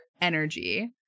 energy